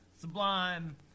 sublime